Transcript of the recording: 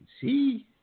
See